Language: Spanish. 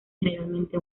generalmente